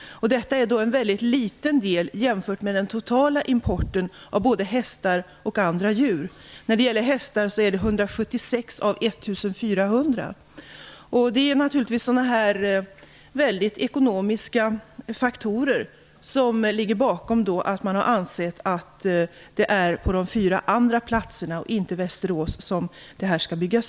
Det är en väldigt liten del av den totala importen av både hästar och andra djur. Det handlar om 176 hästar av 1 400. Det är naturligtvis ekonomiska faktorer som har gjort att man har ansett att de fyra andra platserna skall byggas ut och inte Västerås.